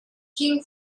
king